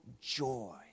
joy